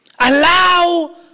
Allow